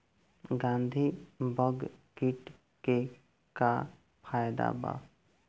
गंधी बग कीट के का फायदा बा?